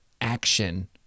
action